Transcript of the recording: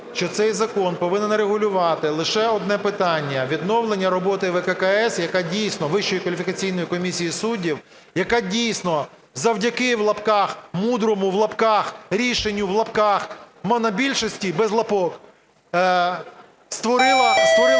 що цей закон повинен регулювати лише одне питання: відновлення роботи ВККС, Вищої кваліфікаційної комісії суддів, яка дійсно "завдяки" (в лапках) "мудрому" (в лапках) "рішенню" (в лапках) монобільшості (без лапок) створила